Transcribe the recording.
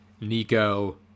Nico